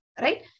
Right